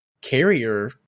carrier